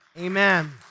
Amen